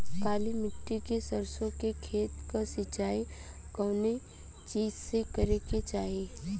काली मिट्टी के सरसों के खेत क सिंचाई कवने चीज़से करेके चाही?